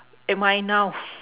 am I now